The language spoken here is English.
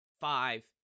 five